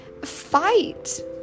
fight